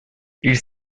ils